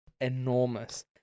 enormous